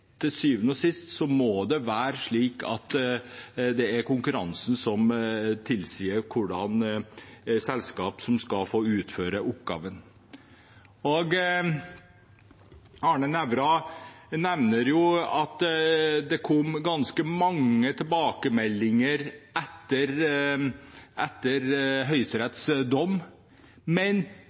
Til syvende og sist må det være slik at det er konkurransen som tilsier hvilke selskap som skal få utføre oppgaven. Arne Nævra nevner at det kom ganske mange tilbakemeldinger etter